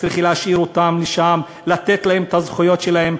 צריך להשאיר אותם שם, לתת להם את הזכויות שלהם.